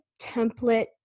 template